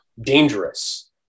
dangerous